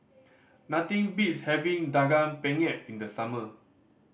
nothing beats having Daging Penyet in the summer